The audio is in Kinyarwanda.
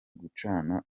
gucana